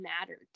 mattered